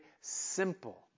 simple